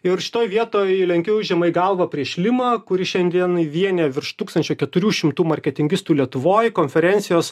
ir šitoj vietoj lenkiau žemai galvą prieš limą kuri šiandien vienija virš tūkstančio keturių šimtų marketingistų lietuvoj konferencijos